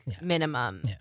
minimum